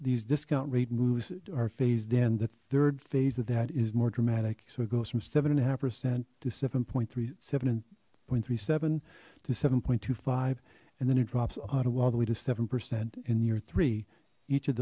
these discount rate moves are phased in the third phase that that is more dramatic so it goes from seven and a half percent to seven point three seven point three seven to seven point two five and then it drops a lot of all the way to seven percent and near three each of